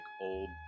old